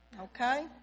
okay